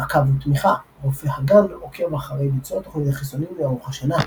מעקב ותמיכה - רופא הגן עוקב אחרי ביצוע תוכנית החיסונים לאורך השנה.